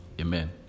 Amen